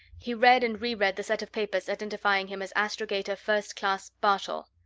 he read and reread the set of papers identifying him as astrogator, first class, bartol.